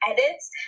edits